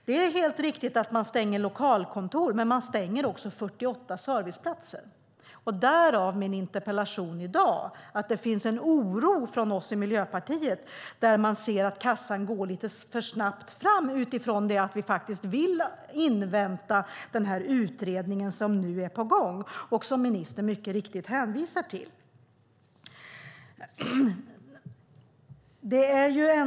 Det är helt riktigt att man stänger lokalkontor, men man stänger också 48 serviceplatser. Det är anledningen till min interpellation i dag. Det finns en oro hos oss i Miljöpartiet när vi ser att Försäkringskassan går lite för snabbt fram. Vi vill invänta den utredning som nu är på gång och som ministern hänvisar till.